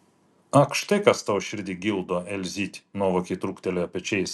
ak štai kas tau širdį gildo elzyt nuovokiai trūktelėjo pečiais